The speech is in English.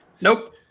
Nope